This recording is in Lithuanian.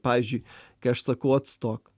pavyzdžiui kai aš sakau atstok